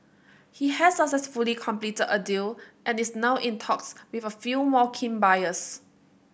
he has successfully completed a deal and is now in talks with a few more keen buyers